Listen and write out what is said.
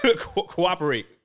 Cooperate